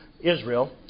Israel